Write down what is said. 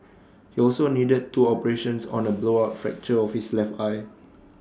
he also needed two operations on A blowout fracture of his left eye